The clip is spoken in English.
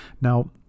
Now